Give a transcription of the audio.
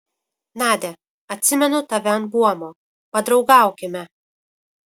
nadia atsimenu tave ant buomo padraugaukime